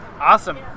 Awesome